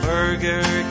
Burger